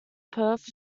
perth